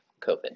COVID